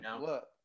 Look